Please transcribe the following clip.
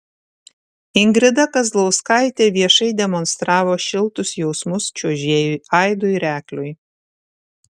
ingrida kazlauskaitė viešai demonstravo šiltus jausmus čiuožėjui aidui rekliui